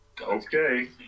Okay